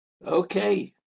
Okay